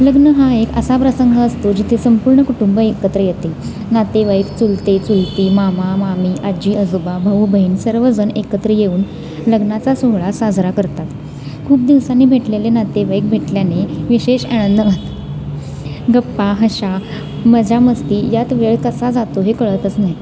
लग्न हा एक असा प्रसंग असतो जिथे संपूर्ण कुटुंब एकत्र येते नातेवाईक चुलते चुलती मामा मामी आज्जी आजोबा भाऊ बहीण सर्वजण एकत्र येऊन लग्नाचा सोहळा साजरा करतात खूप दिवसांनी भेटलेले नातेवाईक भेटल्याने विशेष आनंद होत गप्पा हशा मजा मस्ती यात वेळ कसा जातो हे कळतच नाही